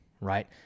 right